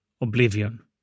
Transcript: Oblivion